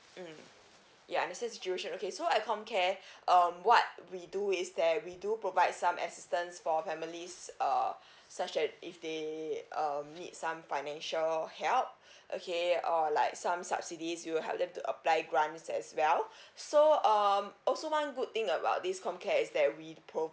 mm ya I understand the situation okay so at comcare um what we do is that we do provide some assistance for families uh such that if they um need some financial help okay or like some subsidies we'll help them to apply grants as well so um also one good thing about this comcare is that we provide